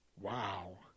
Wow